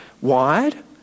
wide